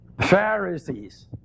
Pharisees